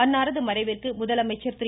அன்னாரது மறைவிற்கு முதலமைச்சர் திரு